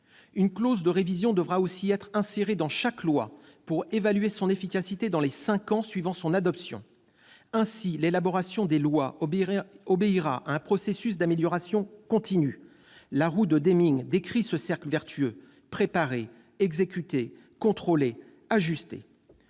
Une clause de révision devra aussi être insérée dans chaque loi pour évaluer son efficacité dans les cinq ans suivant son adoption. Ainsi, l'élaboration des lois obéira à un processus d'amélioration continue. La roue de Deming décrit ce cercle vertueux : préparer, exécuter, contrôler, ajuster.